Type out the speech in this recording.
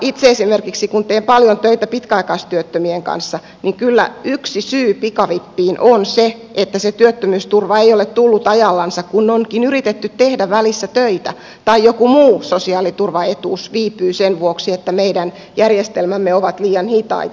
itse esimerkiksi kun teen paljon töitä pitkäaikaistyöttömien kanssa niin kyllä yksi syy pikavippiin on se että se työttömyysturva ei ole tullut ajallansa kun onkin yritetty tehdä välissä töitä tai joku muu sosiaaliturvaetuus viipyy sen vuoksi että meidän järjestelmämme ovat liian hitaita